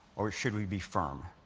or should we be firm?